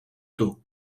tard